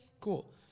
Cool